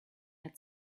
had